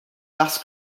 parce